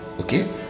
Okay